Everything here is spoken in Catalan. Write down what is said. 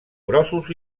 grossos